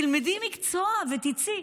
תלמדי מקצוע ותצאי.